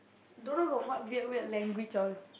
don't know got what weird weird language all